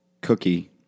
cookie